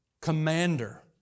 commander